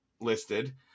listed